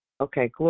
Okay